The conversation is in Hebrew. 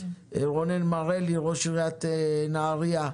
רונן מרלי ראש עיירית נהרייה,